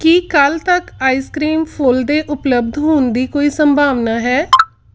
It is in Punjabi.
ਕੀ ਕੱਲ੍ਹ ਤੱਕ ਆਈਸਕਰੀਮ ਫੁੱਲ ਦੇ ਉਪਲੱਬਧ ਹੋਣ ਦੀ ਕੋਈ ਸੰਭਾਵਨਾ ਹੈ